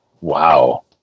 wow